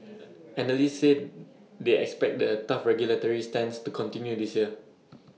analysts say they expect the tough regulatory stance to continue this year